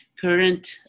current